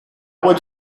would